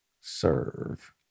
serve